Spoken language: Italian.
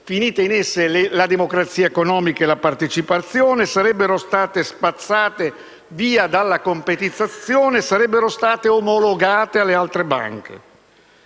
finita in esse la democrazia economica e la partecipazione e sarebbero state spazzate via dalla competizione. Sarebbero state omologate alle altre banche.